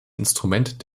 instrument